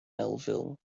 melville